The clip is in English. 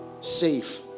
safe